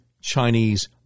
Chinese